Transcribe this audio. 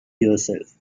yourself